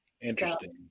Interesting